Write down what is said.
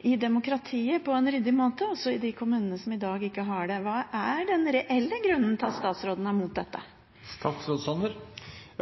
demokratiet på en ryddig måte også i de kommunene som i dag ikke har ungdomsråd. Hva er den reelle grunnen til at statsråden er imot dette?